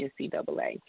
NCAA